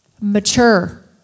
mature